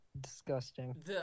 Disgusting